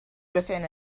within